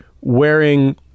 Wearing